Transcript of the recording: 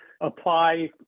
apply